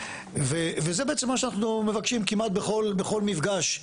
זה בעצם מה שאנחנו מבקשים כמעט בכל מפגש.